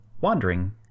wandering